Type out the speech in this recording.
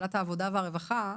ועדת העבודה והרווחה,